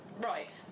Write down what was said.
Right